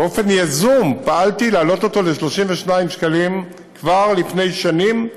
באופן יזום פעלתי להעלות אותו ל-32 שקלים כבר לפני שנים,